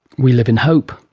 we live in hope.